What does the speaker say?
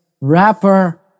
rapper